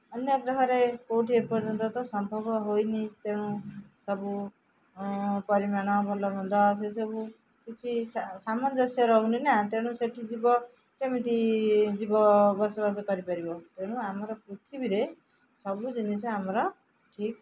ଅନ୍ୟ ଗ୍ରହରେ କେଉଁଠି ଏପର୍ଯ୍ୟନ୍ତ ତ ସମ୍ଭବ ହୋଇନି ତେଣୁ ସବୁ ପରିମାଣ ଭଲମନ୍ଦ ସେସବୁ କିଛି ସାମଞ୍ଜସ୍ୟ ରହୁନି ନା ତେଣୁ ସେଇଠି ଯିବ କେମିତି ଯିବ ବସବାସ କରିପାରିବ ତେଣୁ ଆମର ପୃଥିବୀରେ ସବୁ ଜିନିଷ ଆମର ଠିକ୍